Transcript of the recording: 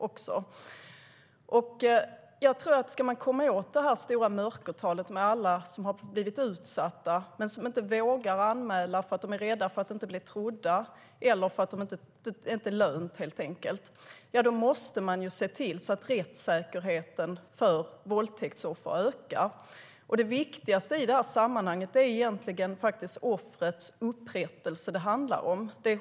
Om man ska komma åt detta stora mörkertal, alla som har blivit utsatta men som inte vågar anmäla eftersom de är rädda för att inte bli trodda eller för att det helt enkelt inte är lönt, måste man se till att rättssäkerheten för våldtäktsoffer ökar. Det viktigaste i sammanhanget är egentligen offrets upprättelse.